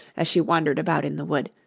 as she wandered about in the wood,